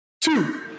two